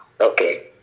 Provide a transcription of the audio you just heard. Okay